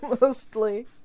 mostly